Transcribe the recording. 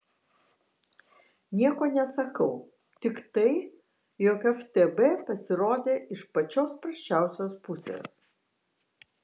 nieko nesakau tik tai jog ftb pasirodė iš pačios prasčiausios pusės